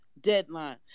deadline